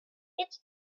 its